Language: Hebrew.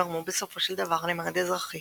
גרמו בסופו של דבר למרד אזרחי